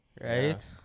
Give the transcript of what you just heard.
Right